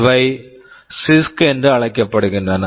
இவை சிஸ்க்CISC என்று அழைக்கப்படுகின்றன